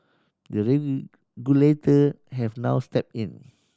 the have now step in